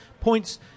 points